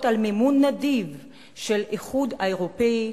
על מימון נדיב של האיחוד האירופי,